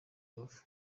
rubavu